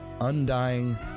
undying